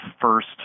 first